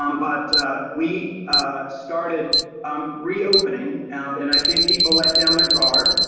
um but we started reopening and and i think people let down their guard,